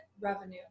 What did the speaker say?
revenue